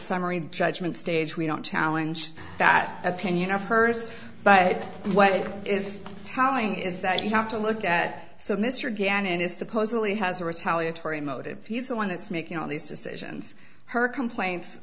summary judgment stage we don't challenge that opinion of hers but what it is telling is that you have to look at so mr gannon is supposedly has a retaliatory motive he's the one that's making all these decisions her complain